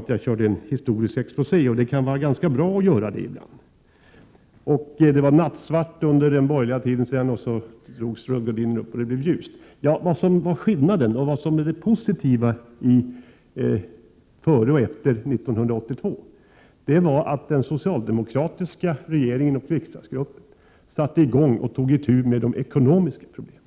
att jag gjorde en historisk exposé, och det kan vara ganska bra att göra det ibland. Det var nattsvart under den borgerliga regeringstiden, sade han, men sedan drogs rullgardinen upp och det blev ljust. Skillnaden före och efter 1982 var att den socialdemokratiska regeringen och riksdagsgruppen satte i gång och tog itu med de ekonomiska problemen.